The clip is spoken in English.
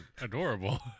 adorable